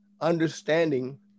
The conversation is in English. understanding